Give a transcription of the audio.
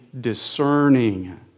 discerning